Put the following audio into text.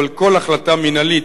אבל כל החלטה מינהלית,